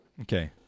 Okay